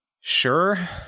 sure